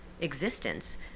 existence